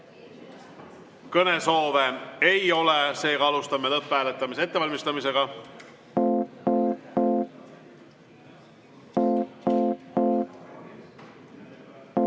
Kõnesoove ei ole, seega alustame lõpphääletamise ettevalmistamist.